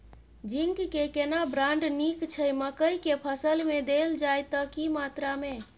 Zinc के केना brand नीक छैय मकई के फसल में देल जाए त की मात्रा में?